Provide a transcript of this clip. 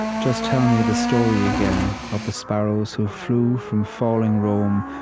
just tell me the story again, of the sparrows who flew from falling rome,